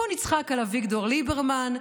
בואו נצחק על אביגדור ליברמן,